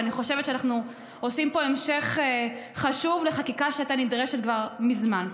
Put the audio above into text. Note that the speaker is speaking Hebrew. ואני חושבת שאנחנו עושים פה המשך חשוב לחקיקה שהייתה נדרשת כבר מזמן.